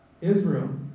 Israel